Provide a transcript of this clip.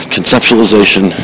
Conceptualization